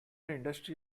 industry